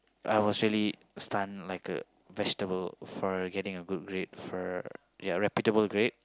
I was really stunned like a vegetable for getting a good grade for repretated rate